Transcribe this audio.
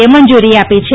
એ મંજૂરી આપી છે